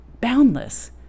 boundless